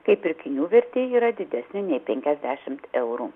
kai pirkinių vertė yra didesnė nei penkiasdešimt eurų